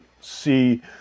see